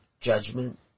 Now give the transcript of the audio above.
judgment